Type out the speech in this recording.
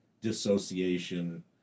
dissociation